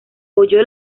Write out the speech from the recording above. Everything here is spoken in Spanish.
oyó